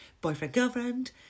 boyfriend-girlfriend